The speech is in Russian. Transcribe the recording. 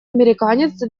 американец